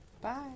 Bye